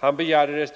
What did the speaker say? Han begärde